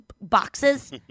boxes